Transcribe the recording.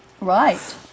Right